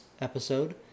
episode